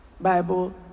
Bible